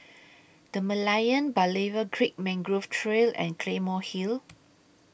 The Merlion Berlayer Creek Mangrove Trail and Claymore Hill